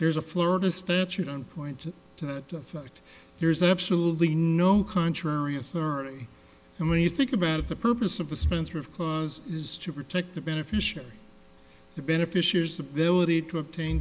there's a florida statute on point to the fact there's absolutely no contrary authority and when you think about it the purpose of a sponsor of cause is to protect the beneficiary the beneficiaries ability to obtain